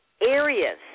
areas